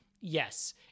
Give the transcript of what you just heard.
yes